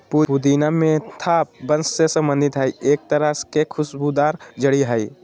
पुदीना मेंथा वंश से संबंधित ई एक तरह के खुशबूदार जड़ी हइ